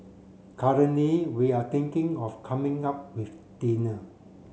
currently we are thinking of coming up with dinner